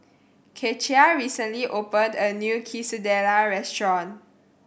Kecia recently opened a new Quesadilla restaurant